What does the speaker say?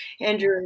Andrew